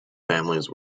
families